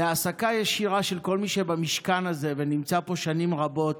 להעסקה ישירה של כל מי שבמשכן הזה ונמצא פה שנים רבות.